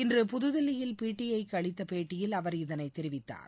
இன்று புதுதில்லியில் பிடிஐ க்கு அளித்த பேட்டியில் அவர் இதனைத் தெரிவித்தார்